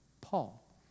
Paul